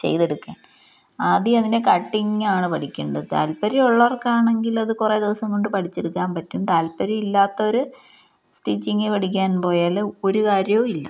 ചെയ്തെടുക്കാൻ ആദ്യം അതിന്റെ കട്ടിങ്ങാണു പഠിക്കേണ്ടത് താല്പര്യം ഉള്ളവർക്കാണെങ്കിൽ അതു കുറേ ദിവസം കൊണ്ട് പഠിച്ചെടുക്കാൻ പറ്റും താല്പര്യം ഇല്ലാത്തവര് സ്റ്റിച്ചിങ് പഠിക്കാൻ പോയാല് ഒരു കാര്യവുമില്ല